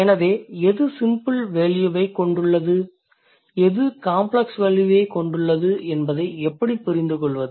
எனவே எது சிம்பிளர் வேல்யூவைக் கொண்டுள்ளது எது காம்ப்ளக்ஸ் வேல்யூவைக் கொண்டுள்ளது என்பதை எப்படி புரிந்துகொள்வது